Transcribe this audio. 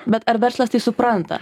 bet ar verslas tai supranta